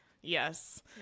Yes